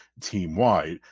team-wide